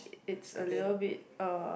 it's a little bit uh